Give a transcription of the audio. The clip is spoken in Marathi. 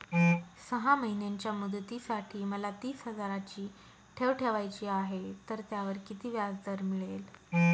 सहा महिन्यांच्या मुदतीसाठी मला तीस हजाराची ठेव ठेवायची आहे, तर त्यावर किती व्याजदर मिळेल?